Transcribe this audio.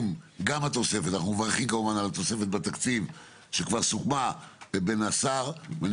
אנחנו מברכים כמובן על התוספת בתקציב שכבר סוכמה בין השר ואני